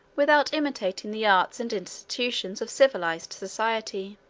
without imitating the arts and institutions, of civilized society.